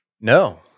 No